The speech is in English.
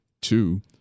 two